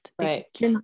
right